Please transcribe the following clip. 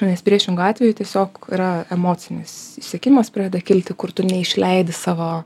nes priešingu atveju tiesiog yra emocinis išsekimas pradeda kilti kur tu neišleidi savo